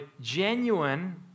genuine